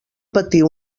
patir